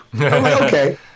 okay